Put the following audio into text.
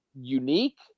unique